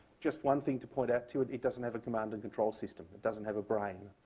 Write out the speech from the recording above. just one thing to point out, too it it doesn't have a command and control system. it doesn't have a brain.